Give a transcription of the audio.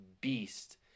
beast